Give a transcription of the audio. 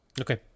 Okay